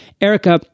Erica